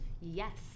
Yes